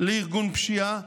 לארגון פשיעה,